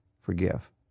forgive